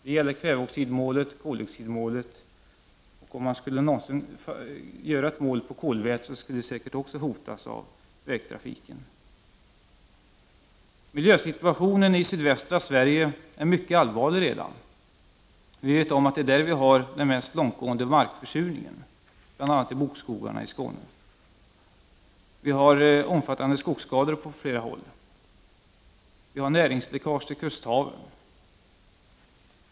Det gäller kväveoxidmålet och koldioxidmålet, och om man skulle sätta upp ett mål för kolväten skulle säkert det också hotas av vägtrafiken. Miljösituationen i sydvästra Sverige är redan mycket allvarlig. Vi vet att det är där vi har den mest långtgående markförsurningen, bl.a. i bokskogarna i Skåne, vi har omfattande skogsskador på flera håll, och vi har näringsläckage till kusthaven.